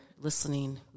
listening